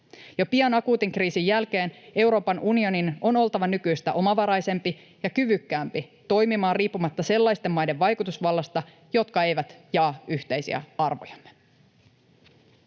Jo pian akuutin kriisin jälkeen Euroopan unionin on oltava nykyistä omavaraisempi ja kyvykkäämpi toimimaan riippumatta sellaisten maiden vaikutusvallasta, jotka eivät jaa yhteisiä arvojamme.